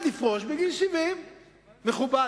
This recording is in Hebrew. בגיל 70. מכובד.